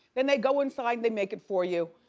then they go inside they make it for you.